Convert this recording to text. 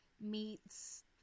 meets